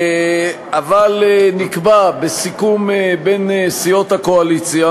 אבל נקבע בסיכום בין סיעות הקואליציה